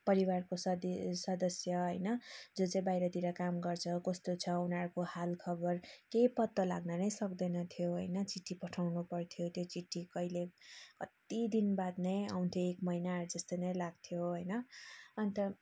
परिवारको सद सदस्य होइन जो चाहिँ बाइरतिर काम गर्छ कस्तो छ उनीहरूको हाल खबर केही पत्तो लाग्न नै सक्दैन थियो होइन चिठी पठाउनु पर्थ्यो त्यो चिठी कहिँले कति दिन बाद नै आउँथ्यो एक महिना जस्तो नै लाग्थ्यो होइन अन्त